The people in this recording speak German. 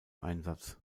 einsatz